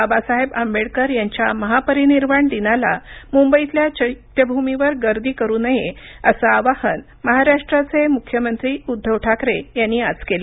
बाबासाहेब आबोडकर याच्या महापरिनिर्वाण दिनाला मुंबईतल्या चैत्यभूमीवर गर्दी करू नये असं आवाहन महाराष्ट्राचे मुख्यमंत्री उद्धव ठाकरे यांनी आज केल